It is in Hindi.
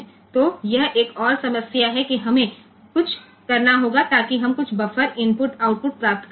तो यह एक और समस्या है कि हमें कुछ करना होगा ताकि हम कुछ बफर इनपुट आउटपुट प्राप्त कर सकें